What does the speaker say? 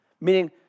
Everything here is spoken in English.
Meaning